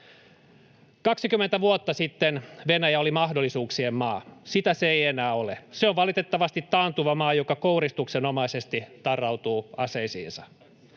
20 vuotta sitten Venäjä oli mahdollisuuksien maa. Sitä se ei enää ole. Se on valitettavasti taantuva maa, joka kouristuksenomaisesti tarrautuu aseisiinsa.